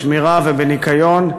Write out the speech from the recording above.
בשמירה ובניקיון,